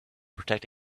protect